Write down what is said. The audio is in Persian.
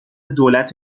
دولت